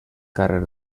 carrer